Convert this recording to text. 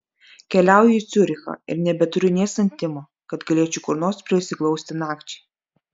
keliauju į ciurichą ir nebeturiu nė santimo kad galėčiau kur nors prisiglausti nakčiai